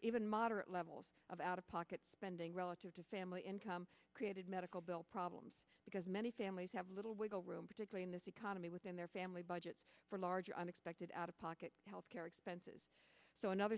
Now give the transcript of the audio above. even moderate levels of out of pocket spending relative to family income created medical bill problems because many families have little wiggle room particular in this economy within their family budgets for large unexpected out of pocket health care expenses so another